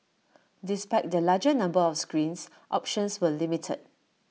despite the larger number of screens options were limited